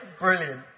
Brilliant